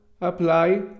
apply